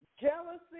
jealousy